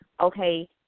okay